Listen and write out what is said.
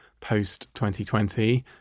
post-2020